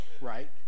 right